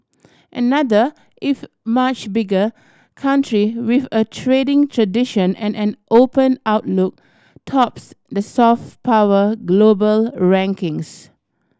another if much bigger country with a trading tradition and an open outlook tops the soft power global rankings